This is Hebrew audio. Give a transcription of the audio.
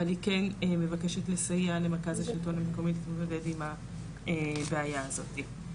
אבל היא כן מבקשת לסייע למרכז השלטון המקומי להתמודד עם הבעיה הזאת.